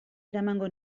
eramango